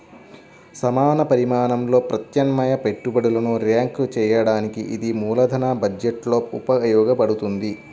సమాన పరిమాణంలో ప్రత్యామ్నాయ పెట్టుబడులను ర్యాంక్ చేయడానికి ఇది మూలధన బడ్జెట్లో ఉపయోగించబడుతుంది